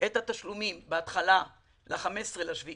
את התשלומים, בהתחלה ל-15 ביולי